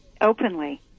openly